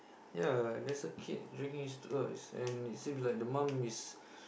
ya there's a kid dragging his toys and it seems like the mum is